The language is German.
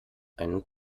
einen